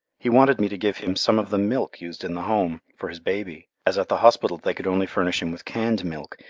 he wanted me to give him some of the milk used in the home, for his baby, as at the hospital they could only furnish him with canned milk,